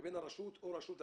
19 של הרשימה המשותפת?